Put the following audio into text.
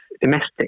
domestic